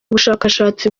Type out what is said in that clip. bushakashatsi